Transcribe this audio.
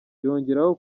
yongeraho